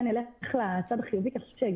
נלך לצד החיובי כי אני חושבת ש-